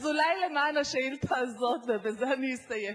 אז אולי למען השאילתא הזאת, ובזה אני אסיים,